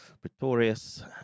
Pretorius